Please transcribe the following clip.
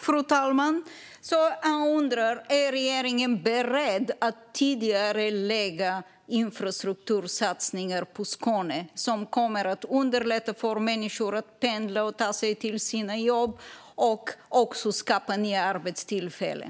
Fru talman! Jag undrar: Är regeringen beredd att tidigarelägga infrastruktursatsningar på Skåne, som kommer att underlätta för människor att pendla och ta sig till sina jobb och som även kommer att skapa nya arbetstillfällen?